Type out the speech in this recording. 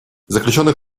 заключенных